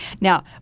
now